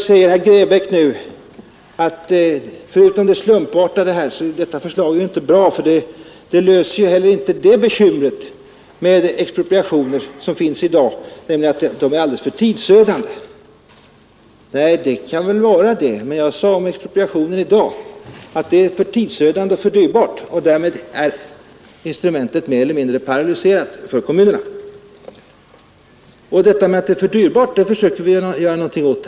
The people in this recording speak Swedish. Herr Grebäck har sagt att förutom det slumpartade i hanteringen så är detta förslag inte bra därför att det inte undanröjer de bekymmer som sammanhänger med expropriation i dag, nämligen att den är alldeles för tidsödande. Det kan så vara, men jag sade att expropriation i dag är för tidsödande och för dyr och därmed såsom markpolitiskt instrument mer eller mindre paralyserat för kommunerna. Detta att det är för dyrbart försöker vi nu göra någonting åt.